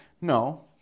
No